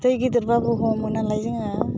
दै गेदेरबाबो हमो नालाय जोङो